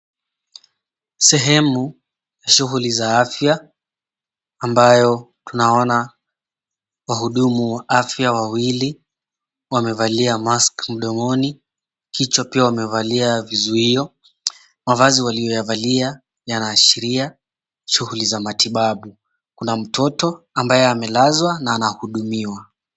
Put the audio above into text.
Sehemu shughuli za afya ambayo tunaona wahudumu wa afya wawili wamevalia mask mdomoni kichwa pia wamevalia vizuio. Mavazi walioyavalia yanaashiria shughuli za matibabu. Kuna mtoto ambaye amelazwa na anahudumiwa.